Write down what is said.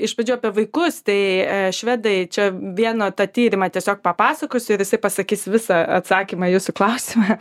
iš pradžių apie vaikus tai švedai čia vieno tą tyrimą tiesiog papasakosiu ir jisai pasakys visą atsakymą į jūsų klausimą